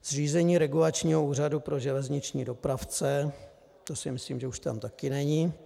Zřízení regulačního úřadu pro železniční dopravce, to si myslím, že už tam taky není.